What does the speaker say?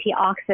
antioxidant